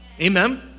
Amen